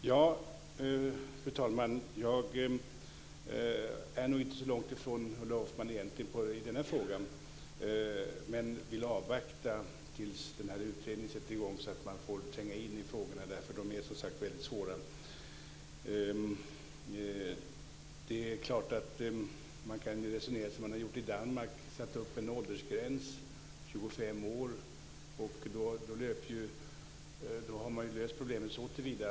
Fru talman! Jag står nog egentligen inte så långt från Ulla Hoffmann i denna fråga, men jag vill avvakta till dess att utredningen sätter i gång så att man får tränga in i frågorna. De är ju som sagt väldigt svåra. Man kan förstås resonera som man har gjort i Danmark. Där har man satt en åldersgräns på 25 år - man kan ju också sätta den till 21 år eller något sådant.